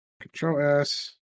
Control-S